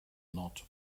not